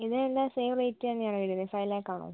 ഇതെല്ലാം same rate തന്നെയാണോ വരുന്നത് ഫൈവ് ലാക്ക് ആണോ